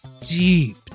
deep